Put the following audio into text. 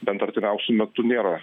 bent artimiausiu metu nėra